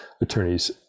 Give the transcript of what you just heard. attorneys